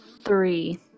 Three